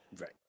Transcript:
Right